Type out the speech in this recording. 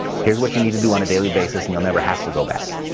here's what you need to do on a daily basis and you'll never have to go back.